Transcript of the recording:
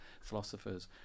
philosophers